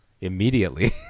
immediately